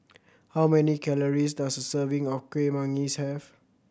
how many calories does a serving of Kuih Manggis have